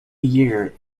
year